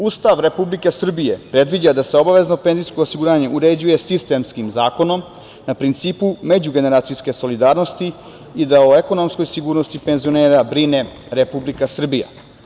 Ustav Republike Srbije predviđa da se obavezno penzijsko osiguranje uređuje sistemskim zakonom na principu međugeneracijske solidarnosti i da o ekonomskoj sigurnosti penzionera brine Republika Srbija.